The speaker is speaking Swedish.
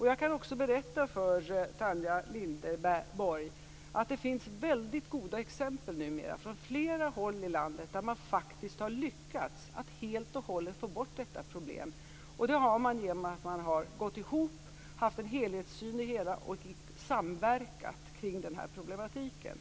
Jag kan också berätta för Tanja Linderborg att det numera finns mycket goda exempel från flera håll i landet på att man faktiskt har lyckats få bort detta problem helt och hållet. Det har skett genom att man har gått ihop och haft en helhetssyn. Man har samverkat kring den här problematiken.